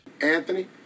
Anthony